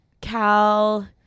Cal